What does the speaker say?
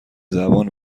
زبان